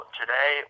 today